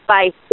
Bye